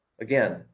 again